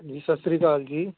ਹਾਂਜੀ ਸਤਿ ਸ਼੍ਰੀ ਅਕਾਲ ਜੀ